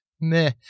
meh